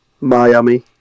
Miami